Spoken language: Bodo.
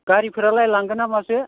गारिफोरालाय लांगोना मासो